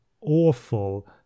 awful